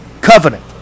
covenant